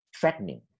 threatening